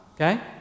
Okay